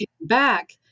back